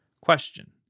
Question